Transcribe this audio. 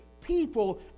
people